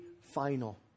final